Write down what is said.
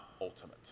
ultimate